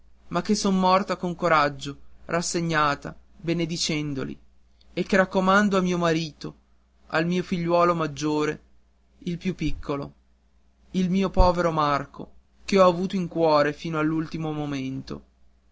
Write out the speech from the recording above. ma che son morta con coraggio rassegnata benedicendoli e che raccomando a mio marito e al mio figliuolo maggiore il più piccolo il mio povero marco che l'ho avuto in cuore fino all'ultimo momento